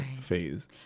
phase